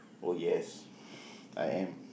oh yes I am